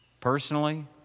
Personally